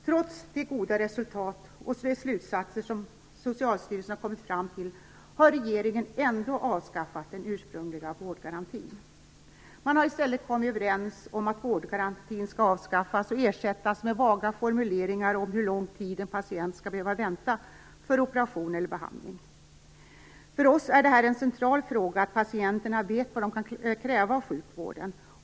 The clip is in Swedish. Trots de goda resultaten och de slutsatser som Socialstyrelsen har kommit fram till har regeringen avskaffat den ursprungliga vårdgarantin. Man har i stället kommit överens om att vårdgarantin skall avskaffas och ersättas med vaga formuleringar om hur lång tid en patient skall behöva vänta på operation eller behandling. För oss i Folkpartiet är det en central fråga att patienterna vet vad de kan kräva av sjukvården.